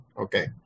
Okay